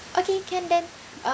okay can then